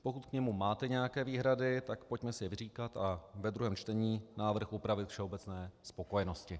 Pokud k němu máte nějaké výhrady, tak pojďme si je vyříkat a ve druhém čtení návrh upravit k všeobecné spokojenosti.